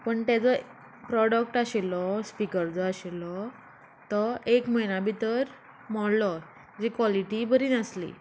पूण तेजो प्रोडक्ट आशिल्लो स्पिकर जो आशिल्लो तो एक म्हयन्या भितर मोडलो तेजी क्वॉलिटी बरी नासली